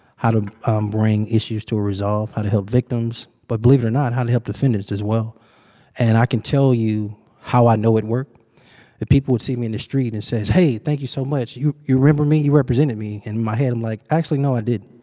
how to um bring issues to a resolve, how to heal victims but, believe it or not, how to help defendants as well and i can tell you how i know it worked. the people would see me in the street and says, hey, thank you so much. you you remember me? you represented me. in my head, i'm like, actually, no, i didn't.